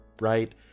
right